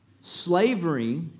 Slavery